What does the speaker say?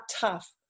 tough